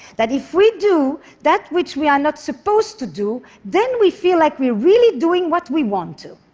that if we do that which we are not supposed to do, then we feel like we are really doing what we want to.